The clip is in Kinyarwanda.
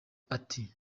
ati